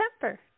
temper